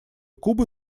кубы